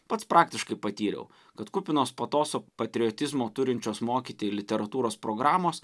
pats praktiškai patyriau kad kupinos patoso patriotizmo turinčios mokyti literatūros programos